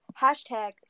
Hashtag